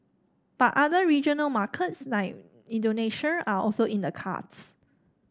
but other regional markets like Indonesia are also in the cards